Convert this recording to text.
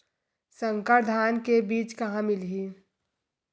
संकर धान के बीज कहां मिलही?